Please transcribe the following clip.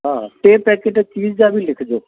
हा टे पैकिट चीज़ जा बि लिखिजो